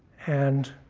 and